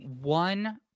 one